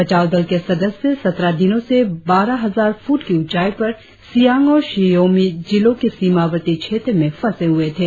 बचाव दल के सदस्य सत्रह दिनों से बारह हजार फुट की ऊंचाई पर सियांग और शि योमी जिलों के सीमावर्ती क्षेत्र में फंसे हुए थे